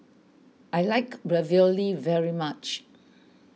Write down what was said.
I like Ravioli very much